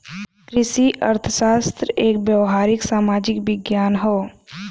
कृषि अर्थशास्त्र एक व्यावहारिक सामाजिक विज्ञान हौ